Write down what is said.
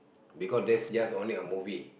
because that just only a movie